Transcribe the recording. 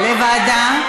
לוועדה?